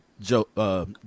Joe